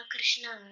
Krishna